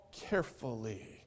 carefully